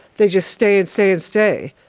they just stay and stay and stay.